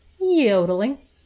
yodeling